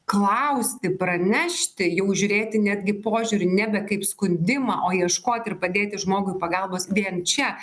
klausti pranešti jau žiūrėti netgi požiūriu nebe kaip skundimą o ieškoti ir padėti žmogui pagalbos vien čia